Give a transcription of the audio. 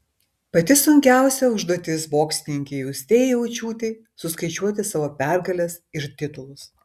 pati sunkiausia užduotis boksininkei austėjai aučiūtei suskaičiuoti savo pergales ir titulus